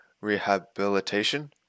rehabilitation